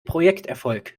projekterfolg